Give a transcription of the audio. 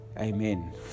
amen